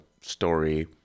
story